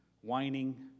whining